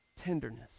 tenderness